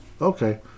Okay